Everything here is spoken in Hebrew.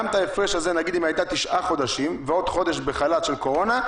היא הייתה תשעה חודשים ועוד חודש בחל"ת של קורונה,